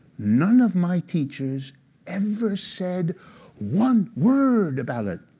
none of my teachers ever said one word about it.